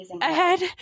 ahead